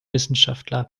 wissenschaftler